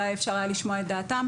אולי היה אפשר לשמוע את דעתם.